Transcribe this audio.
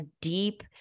deep